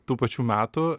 tų pačių metų